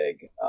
big